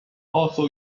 also